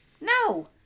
No